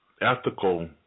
ethical